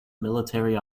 military